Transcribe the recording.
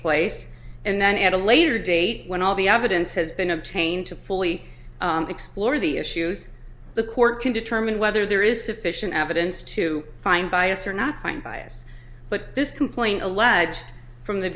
place and then at a later date when all the evidence has been obtained to fully explore the issues the court can determine whether there is sufficient evidence to find bias or not find bias but this complaint alleged from the